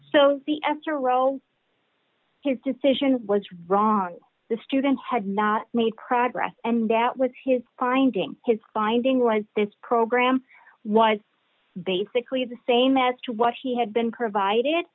the after row of his decision was wrong the student had not made progress and that was his finding his finding was this program was basically the same as to what he had been provided